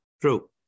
True